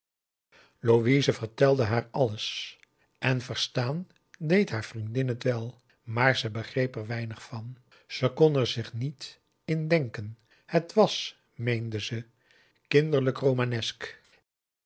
louise vertelde haar alles en verstaan deed haar vriendin het wel maar ze begreep er weinig van ze kon er zich niet in denken het was meende ze kinderlijk